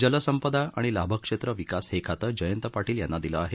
जलसंपदा आणि लाभक्षेत्र विकास हे खातं जयंत पाटील यांना दिलं आहे